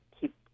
keep